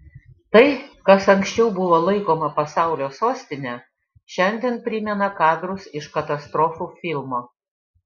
tai kas anksčiau buvo laikoma pasaulio sostine šiandien primena kadrus iš katastrofų filmo